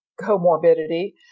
comorbidity